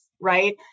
right